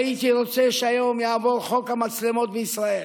הייתי רוצה שהיום יעבור חוק המצלמות בישראל,